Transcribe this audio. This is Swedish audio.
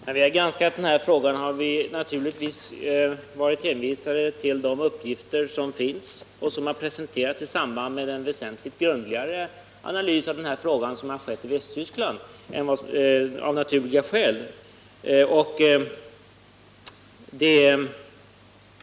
Herr talman! När vi granskat den här frågan har vi naturligtvis varit hänvisade till de uppgifter som finns och presenterats i samband med den väsentligt grundligare analys av den här frågan som av naturliga skäl skett i Västtyskland.